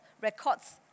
records